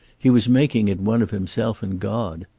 he was making it one of himself and god.